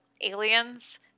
aliens